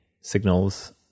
signals